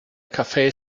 cafe